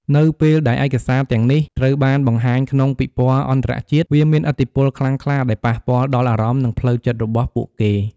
នៅពេលដែលឯកសារទាំងនេះ ត្រូវបានបង្ហាញក្នុងពិព័រណ៍អន្តរជាតិ វាមានឥទ្ធិពលខ្លាំងក្លាដែលប៉ះពាល់់ដល់អារម្មណ៍ និងផ្លូវចិត្តរបស់ពួកគេ។